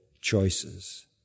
choices